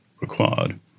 required